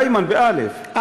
איימן, באל"ף.